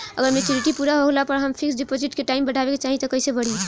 अगर मेचूरिटि पूरा होला पर हम फिक्स डिपॉज़िट के टाइम बढ़ावे के चाहिए त कैसे बढ़ी?